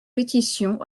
pétitions